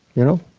y'know?